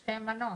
שתי מנות?